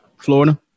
Florida